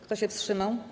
Kto się wstrzymał?